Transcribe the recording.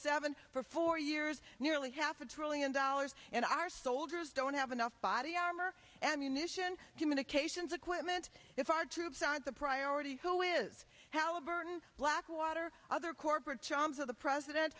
seven for four years nearly half a trillion dollars in our soldiers don't have enough body armor and munition communications equipment if our troops aren't a priority who is halliburton blackwater other corporate charms of the president